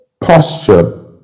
posture